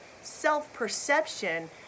self-perception